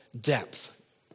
depth